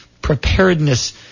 preparedness